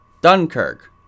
Dunkirk